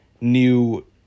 new